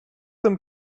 them